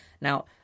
Now